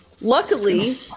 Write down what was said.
luckily